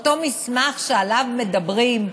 אותו מסמך שעליו מדברים,